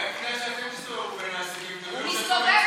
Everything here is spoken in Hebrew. אולי, בין העסקים, הוא מסתובב.